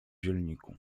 zielniku